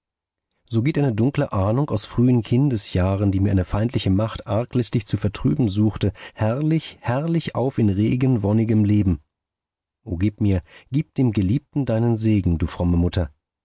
so geht eine dunkle ahnung aus frühen kindesjahren die mir eine feindliche macht arglistig zu vertrüben suchte herrlich herrlich auf in regen wonnigem leben o gib mir gib dem geliebten deinen segen du